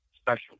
special